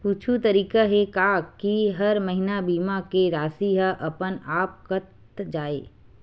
कुछु तरीका हे का कि हर महीना बीमा के राशि हा अपन आप कत जाय?